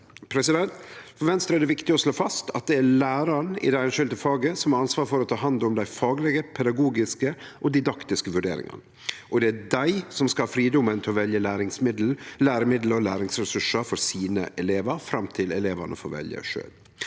For Venstre er det viktig å slå fast at det er læraren i det einskilde faget som har ansvar for å ta hand om dei faglege, pedagogiske og didaktiske vurderingane, og det er dei som skal ha fridom til å velje læremiddel og læringsressursar for sine elevar fram til elevane får velje sjølve.